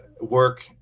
work